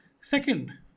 Second